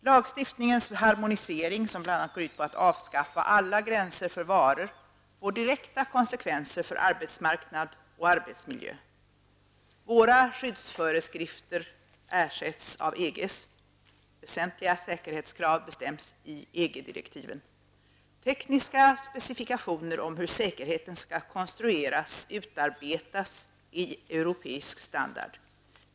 Lagstiftningens harmonisering som bl.a. går ut på att avskaffa alla gränser för varor får direkta konsekvenser för arbetsmarknad och arbetsmiljö. Våra skyddsföreskrifter ersätts av EGs. Väsentliga säkerhetskrav bestäms i EG-direktiven. Tekniska specifikationer om hur säkerheten skall konstrueras utarbetas i europeisk standard.